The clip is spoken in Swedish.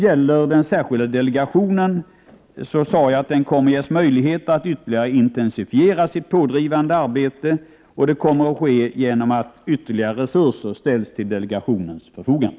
Beträffande den särskilda delegationen sade jag att denna kommer att få möjligheter till ytterligare intensifiering av sitt pådrivande arbete genom att större resurser ställs till delegationens förfogande.